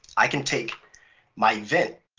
i can take my event,